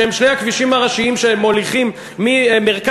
שהם שני הכבישים הראשיים שמוליכים ממרכז